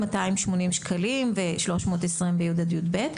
280 שקלים ו-320 ב-י' עד י"ב.